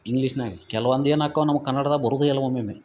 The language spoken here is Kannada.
ಇಂಗ್ಲಿಷ್ನ್ಯಾಗ ಕೆಲ್ವೊಂದು ಏನು ಅಕ್ಕಾವು ನಮ್ಗ ಕನ್ನಡದಾಗ ಬರುದೇ ಇಲ್ಲ ಒಮ್ಮೊಮ್ಮೆ